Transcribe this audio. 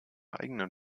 eigenen